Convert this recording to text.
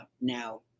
now